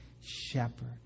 shepherd